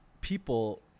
people